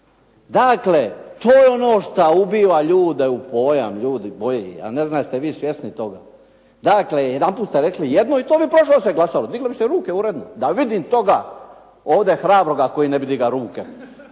Dakle, to je ono što ubija ljude u pojam, ljudi moji ja ne znam jeste li vi svjesni toga. Dakle, jedanput ste rekli jedno i to …/Govornik se ne razumije./… diglo bi se ruke uredno. Da vidim toga ovdje hrabroga koji ne bi digao ruke